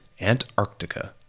Antarctica